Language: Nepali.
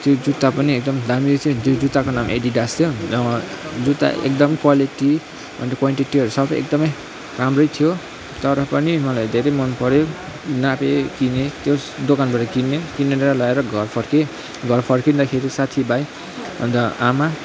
त्यो जुत्ता पनि एकदम दामी थियो त्यो जुत्ताको नाम एडिडास थियो जुत्ता एकदम क्वालिटी क्वान्टिटीहरू सबै एकदमै राम्रै थियो तर पनि मलाई धेरै मन पर्यो नापेँ किनेँ त्यो दोकानबाट किने किनेर ल्याएर घर फर्केँ घर फर्किँदाखेरि साथी भाइ अन्त आमा